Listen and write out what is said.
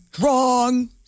Wrong